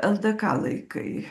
ldk laikai